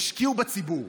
מענק לימודים לחד-הוריות,